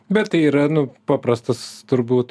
bet tai yra nu paprastas turbūt